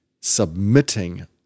submitting